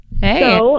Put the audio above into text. Hey